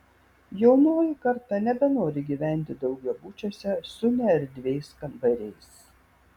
jaunoji karta nebenori gyventi daugiabučiuose su neerdviais kambariais